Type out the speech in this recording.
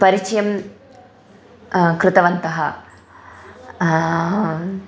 परिचयं कृतवन्तः